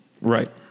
Right